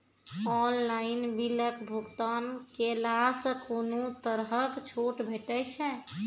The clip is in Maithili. ऑनलाइन बिलक भुगतान केलासॅ कुनू तरहक छूट भेटै छै?